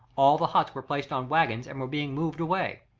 all the huts were placed on waggons and were being moved away.